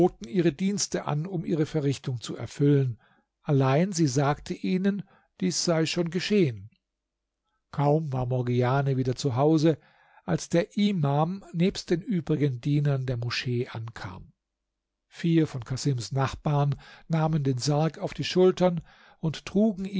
ihre dienste an um ihre verrichtung zu erfüllen allein sie sagte ihnen dies sei schon geschehen kaum war morgiane wieder zu hause als der imam nebst den übrigen dienern der moschee ankam vier von casims nachbarn nahmen den sarg auf die schultern und trugen